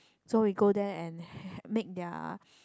so we go there and make their